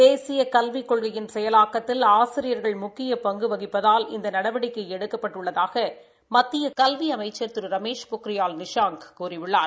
தேசிய கல்விக் கொள்கையின் செயலாக்கத்தில் ஆசிரியர்கள் முக்கிய பங்கு வகிப்பதால் இந்த நடவடிக்கை எடுக்கப்பட்டுள்ளதாக மத்திய கல்வி அமைச்சர் திரு ரமேஷ் பொகியால் நிஷாங் கூறியுள்ளார்